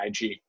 IG